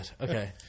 Okay